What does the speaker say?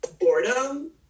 boredom